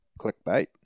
clickbait